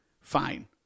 fine